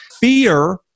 Fear